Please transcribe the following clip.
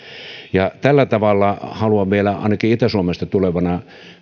tällä tavalla haluan vielä itä suomesta tulevana